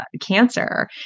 cancer